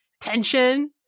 tension